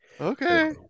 Okay